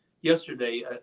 yesterday